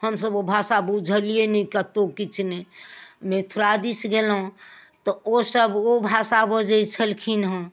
हमसब ओ भाषा बुझलिए नहि कतहुँ किछु नहि मथुरा दिस गेलहुँ तऽ ओसब ओ भाषा बजैत छलखिन हँ